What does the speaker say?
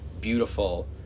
beautiful